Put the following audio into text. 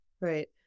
right